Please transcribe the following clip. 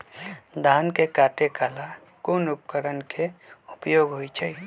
धान के काटे का ला कोंन उपकरण के उपयोग होइ छइ?